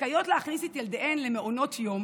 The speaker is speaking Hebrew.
זכאיות להכניס את ילדיהן למעונות יום